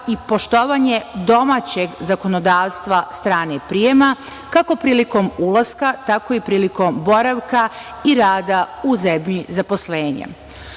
i poštovanje domaćeg zakonodavstva strane prijeme, kako prilikom ulaska, tako i prilikom boravka i rada u zemlji zaposlenja. Slobodan